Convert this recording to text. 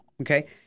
okay